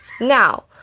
Now